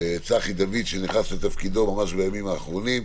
צחי דוד, שנכנס לתפקידו ממש בימים האחרונים.